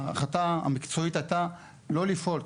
ההחלטה המקצועית הייתה לא לפעול,